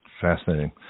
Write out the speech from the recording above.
Fascinating